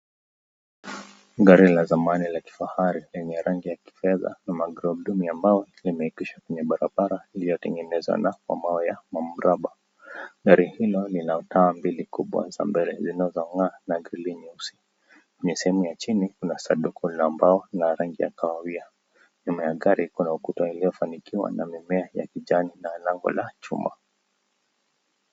Gari ya zamani ya kifahari yenye rangi ya kifedha na magurudumu ambayo yameakishwa kwenye barabara iliyotengenezwa na kwa mawe ya miraba. Gari hilo lina taa mbili kubwa mbele zinazong'aa na tairi nyeusi. Kwenye sehemu ya chini kuna sanduku la mbao la rangi ya kahawia. Nyuma ya gari kuna ukuta uliofanikiwa na mimea ya kijani na lango la chuma.